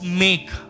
make